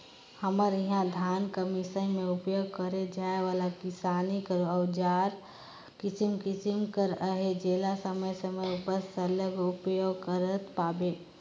हमर इहा धान कर मिसई मे उपियोग करे जाए वाला किसानी कर अउजार किसिम किसिम कर अहे जेला समे समे उपर सरलग उपियोग करत पाबे